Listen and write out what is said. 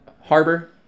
Harbor